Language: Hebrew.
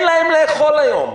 שאין להם מה לאכול היום,